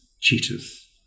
cheetahs